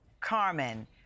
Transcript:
Carmen